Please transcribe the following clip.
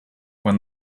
when